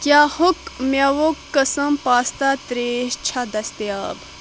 کیٛاہ ہۄکھ مٮ۪وُک قٕسم پاستا ترٛیش چھا دٔستیاب